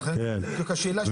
לכן זאת השאלה שלי.